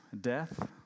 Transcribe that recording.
death